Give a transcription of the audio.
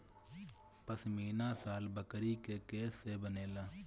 पश्मीना शाल बकरी के केश से बनेला